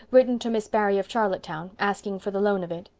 written to miss barry of charlottetown, asking for the loan of it.